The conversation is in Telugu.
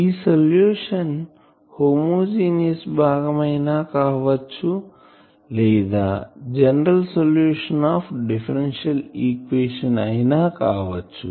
ఈ సొల్యూషన్ హోమోజీనియస్ భాగం అయినా అవ్వచ్చు లేదా general solution of differential equation అయినా కావచ్చు